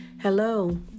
Hello